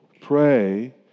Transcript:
pray